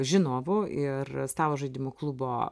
žinovu ir stalo žaidimų klubo